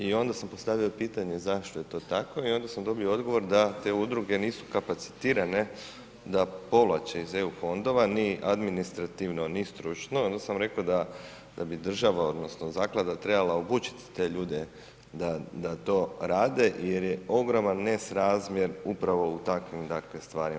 I onda sam postavio pitanje zašto je to tako i onda sam dobio odgovor da te udruge nisu kapacitirane da povlače iz eu fondova, ni administrativno ni stručno, onda sam rekao da bi država, odnosno zaklada trebala obučiti te ljude da to rade jer je ogroman nesrazmjer upravo u takvim dakle stvarima.